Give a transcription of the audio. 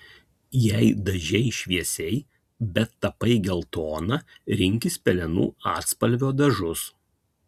jei dažei šviesiai bet tapai geltona rinkis pelenų atspalvio dažus